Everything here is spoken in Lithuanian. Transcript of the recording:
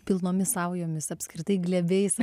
pilnomis saujomis apskritai glėbiais